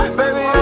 baby